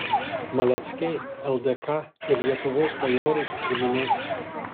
maleckiai ldk ir lietuvos bajorų giminė